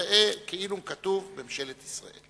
ראה כאילו כתוב "ממשלת ישראל".